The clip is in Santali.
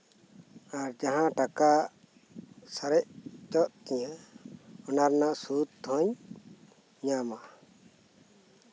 ᱟᱨ ᱡᱟᱸᱦᱟ ᱴᱟᱠᱟ ᱥᱟᱨᱮᱡᱚᱜ ᱛᱤᱧ ᱚᱱᱟ ᱨᱮᱱᱟᱜ ᱥᱩᱫ ᱦᱚᱧ ᱧᱟᱢᱟ